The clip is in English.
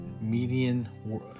median